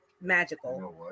magical